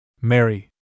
Mary